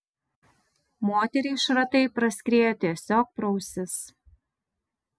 moteriai šratai praskriejo tiesiog pro ausis